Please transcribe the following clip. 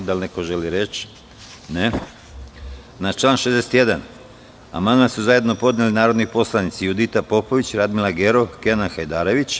Da li neko želi reč? (Ne) Na član 61. amandman su zajedno podneli narodni poslanici Judita Popović, Radmila Gerov i Kenan Hajdarević.